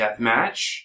deathmatch